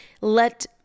let